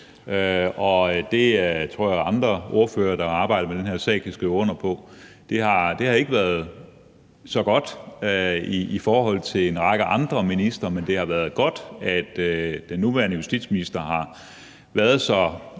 Det har ikke været så godt i forhold til en række andre ministre, men det har været godt, at den nuværende justitsminister har været så